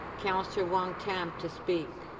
councillor wong-tam to speak.